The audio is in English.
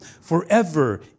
forever